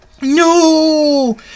No